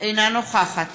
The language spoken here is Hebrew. אינה נוכחת